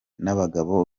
n’abagabo